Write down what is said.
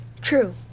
True